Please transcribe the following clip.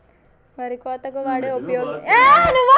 వరి కోతకు వాడే ఉపయోగించే యంత్రాలు ఏంటి?